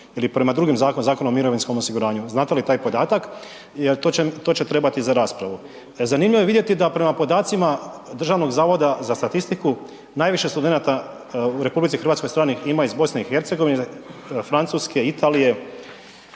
ili prema drugim zakonima, Zakon o mirovinskom osiguranju? Znate li taj podatak jer to će trebati za raspravu. Zanimljivo je vidjeti da prema podacima Državnog zavoda za statistiku, naviše studenata u RH stranih ima iz BiH-a, Francuske, Italije,